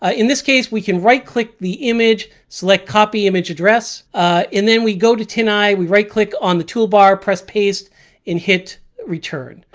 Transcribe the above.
ah in this case we can right click the image select copy image address and then we go to tineye. we right click on the toolbar press paste and hit return.